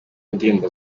ndirimbo